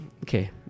Okay